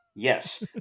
Yes